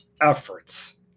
efforts